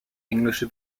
englische